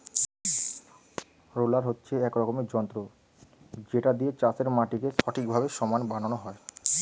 roller হচ্ছে এক রকমের যন্ত্র যেটা দিয়ে চাষের মাটিকে ঠিকভাবে সমান বানানো হয়